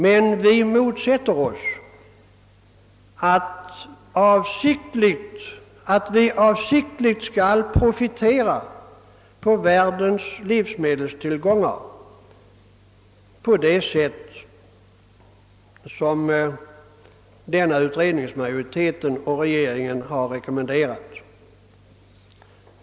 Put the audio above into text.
Men vi motsätter oss förslaget att vi avsiktligt skall profitera på världens livsmedelstillgångar på det sätt som utredningsmajoriteten och regeringen rekommenderat.